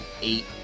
eight